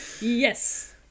yes